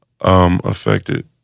affected